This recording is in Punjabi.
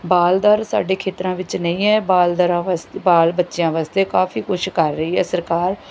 ਬਾਲ ਦਰ ਸਾਡੇ ਖੇਤਰਾਂ ਵਿੱਚ ਨਹੀਂ ਹੈ ਬਾਲ ਦਰਾਂ ਵਾਸਤੇ ਬਾਲ ਬੱਚਿਆਂ ਵਾਸਤੇ ਕਾਫੀ ਕੁਛ ਕਰ ਰਹੀ ਹੈ ਸਰਕਾਰ